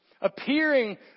appearing